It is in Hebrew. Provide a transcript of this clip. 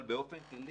אבל באופן סמלי,